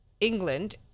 England